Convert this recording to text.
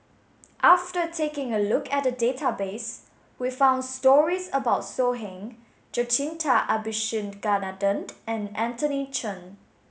after taking a look at the database we found stories about So Heng Jacintha Abisheganaden and Anthony Chen